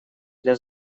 для